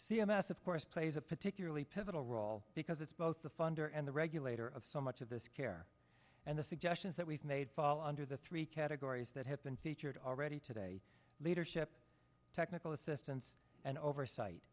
c m s of course plays a particularly pivotal role because it's both the funder and the regulator of so much of this care and the suggestions that we've made fall under the three categories that have been featured already today leadership technical assistance and oversight